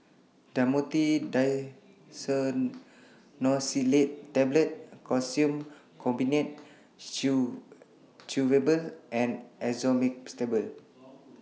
Dhamotil Diphenoxylate Tablets Calcium Carbonate Chewable and Esomeprazole